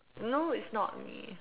no it's not me